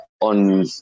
on